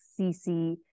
cc